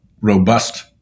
robust